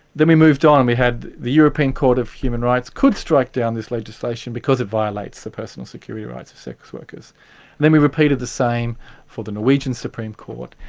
then we moved on and we had the european court of human rights could strike down this legislation because it violates the personal security rights of sex workers. and then we repeated the same for the norwegian supreme court,